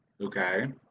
okay